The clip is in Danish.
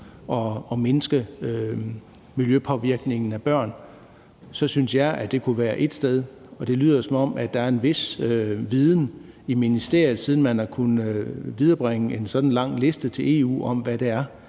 at mindske miljøpåvirkningen af børn, synes jeg, at det kunne være ét sted, og det lyder, som om der er en vis viden i ministeriet, siden man har kunnet viderebringe en så lang liste til EU om, hvad det er,